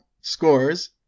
scores